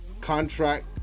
contract